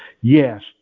yes